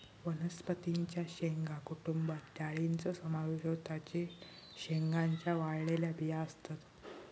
वनस्पतीं च्या शेंगा कुटुंबात डाळींचो समावेश होता जे शेंगांच्या वाळलेल्या बिया असतत